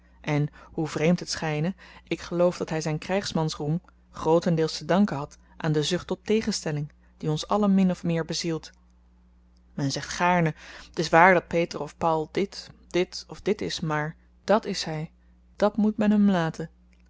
en hoe vreemd het schyne ik geloof dat hy zyn krygsmansroem grootendeels te danken had aan de zucht tot tegenstelling die ons allen min of meer bezielt men zegt gaarne t is waar dat peter of paul dit dit of dit is maar dàt is hy dàt moet men hem laten